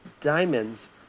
diamonds